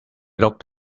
looked